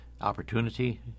opportunity